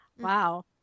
wow